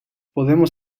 podemos